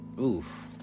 Oof